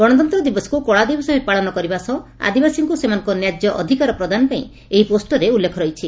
ଗଶତନ୍ତ ଦିବସକୁ କଳା ଦିବସ ଭାବେ ପାଳନ କରିବା ସହ ଆଦିବାସୀଙ୍କୁ ସେମାନଙ୍କ ନାର୍ଯ୍ୟ ଅଧିକାର ପ୍ରଦାନ ପାଇଁ ଏହି ପୋଷ୍ଟରରେ ଉଲ୍ଲେଖ ରହିଛି